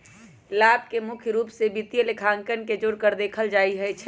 लाभ के मुख्य रूप से वित्तीय लेखांकन से जोडकर देखल जा हई